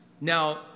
now